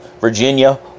Virginia